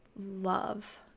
love